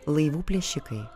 laivų plėšikai